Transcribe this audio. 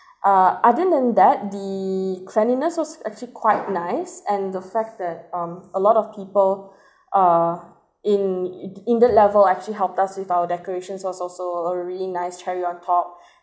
uh other than that the cleanliness was actually quite nice and the fact that um a lot of people uh in it in it level actually help us with our decorations was also a really nice cherry on top